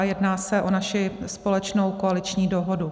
Jedná se o naši společnou koaliční dohodu.